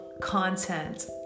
content